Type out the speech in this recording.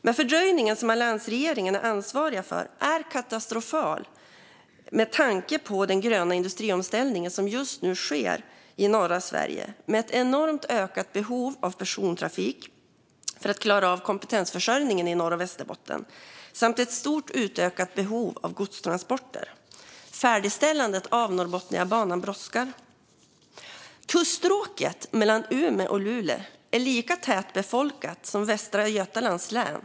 Den fördröjning som alliansregeringen är ansvarig för är katastrofal med tanke på den gröna industriomställning som just nu sker i norra Sverige. Den innebär en enorm ökning av behovet av persontrafik för att klara av kompetensförsörjningen i Norr och Västerbotten samt ett kraftigt ökat behov av godstransporter. Färdigställandet av Norrbotniabanan brådskar. Kuststråket mellan Umeå och Luleå är lika tätbefolkat som Västra Götalands län.